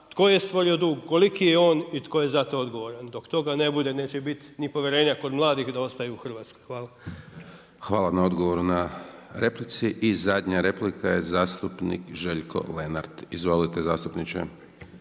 tko je stvorio dug, koliki je on i tko je za to odgovoran. Dok toga ne bude neće biti ni povjerenja kod mladih da ostaju u Hrvatskoj. Hvala. **Hajdaš Dončić, Siniša (SDP)** Hvala na odgovoru na replici. I zadnja replika je zastupnik Željko Lenart. Izvolite zastupniče.